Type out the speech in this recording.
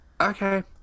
Okay